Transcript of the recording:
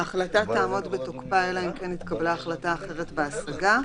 ההחלטה תעמוד בתוקפה אלא אם כן התקבלה החלטה אחרת בהשגה.